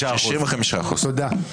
65%. 65%. תודה.